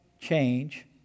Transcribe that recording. change